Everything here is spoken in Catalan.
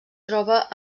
troba